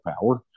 power